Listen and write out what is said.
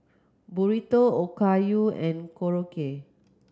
Burrito Okayu and Korokke